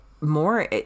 more